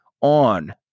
on